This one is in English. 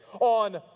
on